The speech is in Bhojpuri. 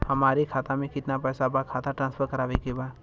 हमारे खाता में कितना पैसा बा खाता ट्रांसफर करावे के बा?